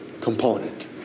component